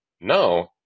No